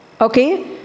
Okay